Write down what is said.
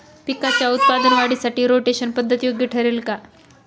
पिकाच्या उत्पादन वाढीसाठी रोटेशन पद्धत योग्य ठरेल का?